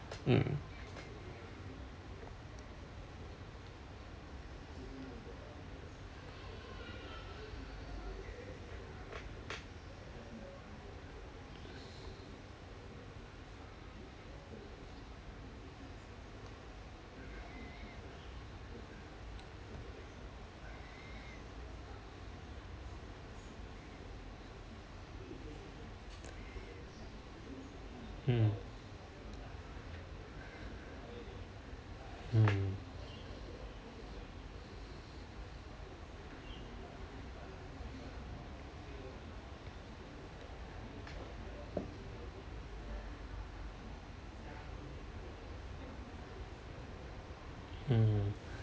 mm um mm